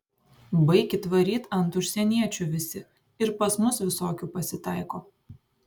baikit varyt ant užsieniečių visi ir pas mus visokių pasitaiko